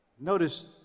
Notice